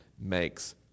makes